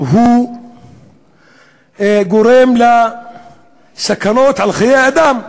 שגורם סכנות לחיי אדם.